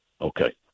Okay